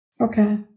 Okay